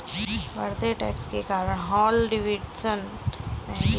बढ़ते टैक्स के कारण हार्ले डेविडसन महंगी हैं